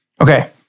Okay